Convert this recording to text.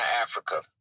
Africa